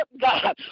God